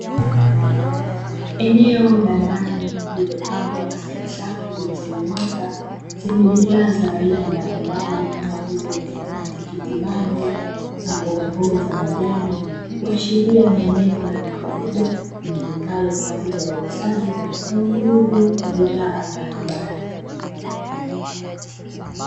Eneo la ndani lililopangwa katika Safu zilizonyooka lenye bidhaa za aina mbalimbali Kama vile, matikiti maji na mbogamboga za majani, kuashiria ni eneo la duka kubwa litumikalo kwa ajili ya uuzaji na ununuzi wa bidhaa mbalimbali.